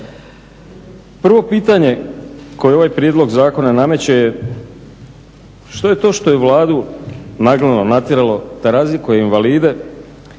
Prvo pitanje koje ovaj prijedlog zakona nameće je što je to što je Vladu nagnalo, natjeralo da razlikuje invalide